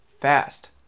fast